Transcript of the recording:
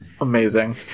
Amazing